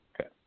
Okay